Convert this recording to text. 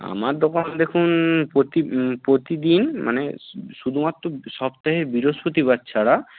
আমার দোকান দেখুন প্রতি প্রতিদিন মানে শুধুমাত্র সপ্তাহে বৃহস্পতিবার ছাড়া